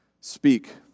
Speak